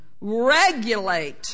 Regulate